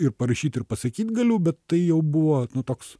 ir parašyt ir pasakyt galiu bet tai jau buvo toks